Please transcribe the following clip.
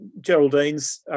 Geraldine's